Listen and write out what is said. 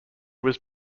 was